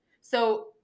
So-